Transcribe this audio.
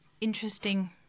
interesting